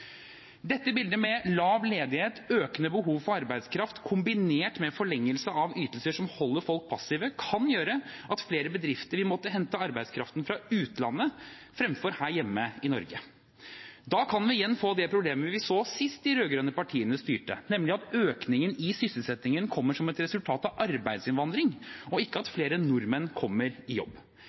Dette bildet, med lav ledighet, økende behov for arbeidskraft kombinert med forlengelse av ytelser som holder folk passive, kan gjøre at flere bedrifter vil måtte hente arbeidskraft fra utlandet fremfor her hjemme i Norge. Da kan vi igjen få det problemet vi så sist de rød-grønne partiene styrte, nemlig at økningen i sysselsettingen kommer som et resultat av arbeidsinnvandring – og ikke at flere nordmenn kommer i jobb.